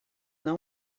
não